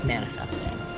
manifesting